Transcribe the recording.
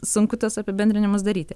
sunku tuos apibendrinimus daryti